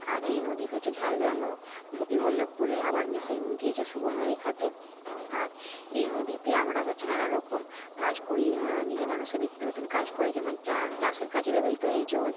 আর এই নদী হচ্ছে ঝাড়গ্রামেও গোপীবল্লভপুরে আবার মিশে গিয়েছে সুবর্ণরেখাতে আর এই নদীতে আমরা হচ্ছে নানা রকম কাজ করি নিজে মানুষে নিত্য নতুন কাজ করে যেমন চা চাষের কাজে ব্যবহিত হয় এই জল